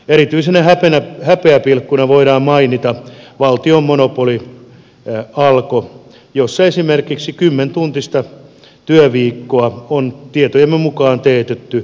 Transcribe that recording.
erityisenä häpeäpilkkuna voidaan mainita valtion monopoli alko jossa esimerkiksi kymmentuntista työviikkoa on tietojemme mukaan teetetty toistakymmentä vuotta